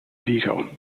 veto